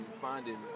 finding